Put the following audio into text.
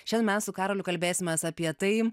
šiandien mes su karoliu kalbėsimės apie tai